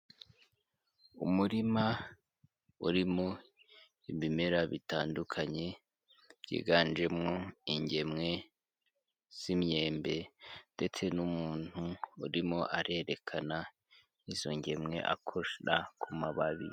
Umurima urimo ibimera bitandukanye byiganjemo ingemwe z'imyembe ndetse n'umuntu urimo arerekana izo ngemwe akora ku mababi.